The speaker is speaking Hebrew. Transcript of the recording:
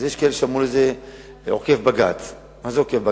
אז יש תיקון חקיקה בדרך?